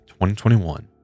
2021